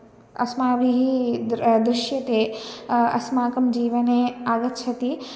अस्माभिः दृ दृश्यते अस्माकं जीवने आगच्छति